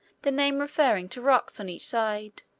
the name referring to rocks on each side.